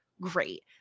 great